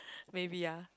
maybe ah